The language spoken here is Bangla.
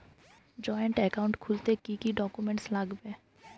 জয়েন্ট একাউন্ট খুলতে কি কি ডকুমেন্টস লাগবে?